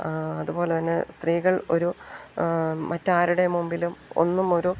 അതു പോലെ തന്നെ സ്ത്രീകൾ ഒരു മറ്റ് ആരുടെയും മുമ്പിലും ഒന്നും ഒരു